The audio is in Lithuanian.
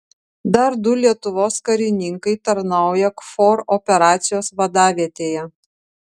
dar du lietuvos karininkai tarnauja kfor operacijos vadavietėje